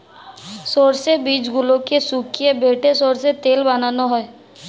সর্ষের বীজগুলোকে শুকিয়ে বেটে সর্ষের তেল বানানো হয়